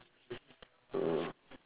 oh